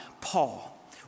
Paul